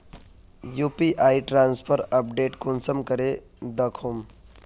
UPI transfer update कुंसम करे दखुम?